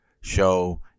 show